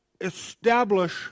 establish